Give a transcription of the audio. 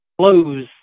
close